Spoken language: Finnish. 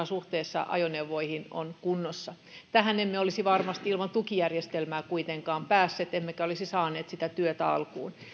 suhteessa ajoneuvoihin on kunnossa tähän emme olisi varmasti ilman tukijärjestelmää kuitenkaan päässeet emmekä olisi saaneet sitä työtä alkuun